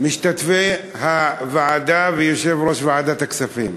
משתתפי הוועדה ויושב-ראש ועדת הכספים,